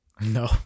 No